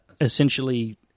essentially